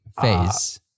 phase